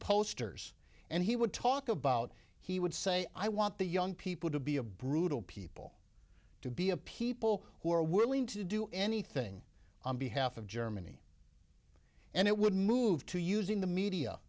posters and he would talk about he would say i want the young people to be a brutal people to be a people who are willing to do anything on behalf of germany and it would move to using the media